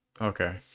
Okay